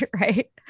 Right